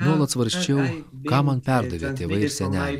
nuolat svarsčiau ką man perdavė tėvai ir seneliai